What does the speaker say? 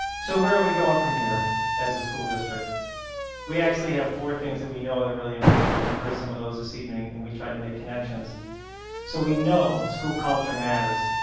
so where are we going from here as a school district we actually have four things that we know they're really important and you heard some of those this evening and we tried to make connections so we know school culture matters